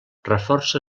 reforça